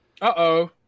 Uh-oh